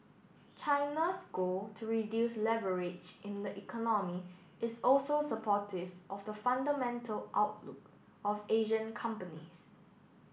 China's goal to reduce leverage in the economy is also supportive of the fundamental outlook of Asian companies